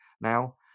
now